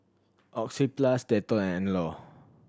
Oxyplus Dettol and Anello